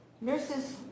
Nurses